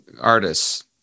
artists